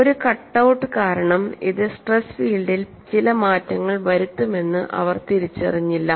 ഒരു cut out കാരണം ഇത് സ്ട്രെസ് ഫീൽഡിൽ ചില മാറ്റങ്ങൾ വരുത്തുമെന്ന് അവർ തിരിച്ചറിഞ്ഞില്ല